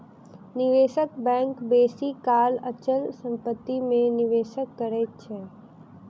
निवेशक बैंक बेसी काल अचल संपत्ति में निवेश करैत अछि